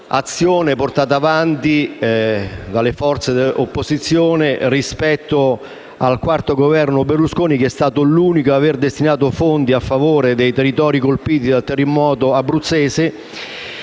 azione portata avanti dalle forze dell'opposizione rispetto al quarto Governo Berlusconi, che è stato l'unico ad avere destinato fondi a favore dei territori colpiti dal terremoto in Abruzzo,